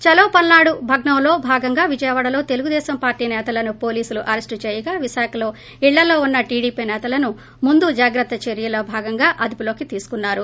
ఛలో పల్పాడు భగ్పంలో భాగంగా విజయవాడలో తెలుగుదేశం పార్టీ సేతలను పోలీసులు అరెస్ట్ చేయగా విశాఖలో ఇళ్లలో ఉన్న టీడీపీ నేతలను ముందు జాగ్రత్త చర్యల్లో భాగంగా అదుపులోకి తీసుకున్నారు